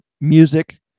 music